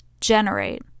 generate